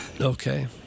Okay